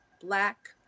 Black